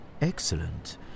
Excellent